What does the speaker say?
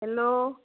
hello